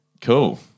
Cool